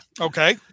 okay